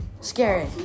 Scary